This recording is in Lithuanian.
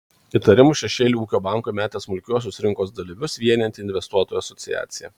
įtarimų šešėlį ūkio bankui metė smulkiuosius rinkos dalyvius vienijanti investuotojų asociacija